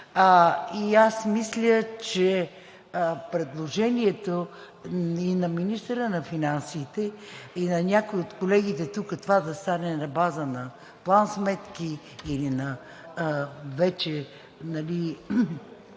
Аз мисля, че предложението на министъра на финансите и на някои от колегите тука това да стане на база на план-сметки или на